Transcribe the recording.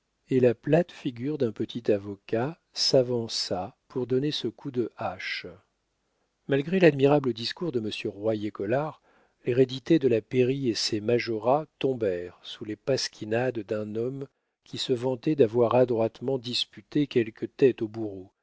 et la plate figure d'un petit avocat s'avança pour donner ce coup de hache malgré l'admirable discours de monsieur royer-collard l'hérédité de la pairie et ses majorats tombèrent sous les pasquinades d'un homme qui se vantait d'avoir adroitement disputé quelques têtes au bourreau